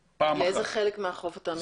לאיזה חלק מהחוף אתה מתייחס?